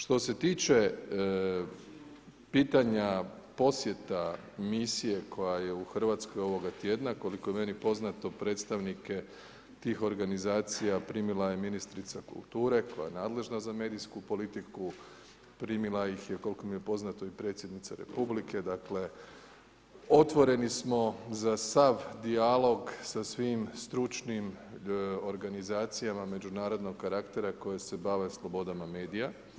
Što se tiče pitanja posjeta misije koja je u Hrvatskoj ovog tjedna koliko je meni poznato, predstavnike tih organizacija primila je ministrica kulture koja je nadležna za medijsku politiku, primila ih je koliko mi je poznato i Predsjednica Republike, dakle, otvoreni smo za sva dijalog sa svim stručnim organizacijama međunarodnog karaktera koje se bave slobodama medija.